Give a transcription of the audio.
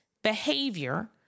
behavior